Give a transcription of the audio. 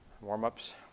warm-ups